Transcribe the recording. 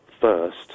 first